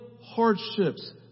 hardships